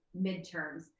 midterms